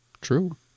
true